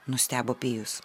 nustebo pijus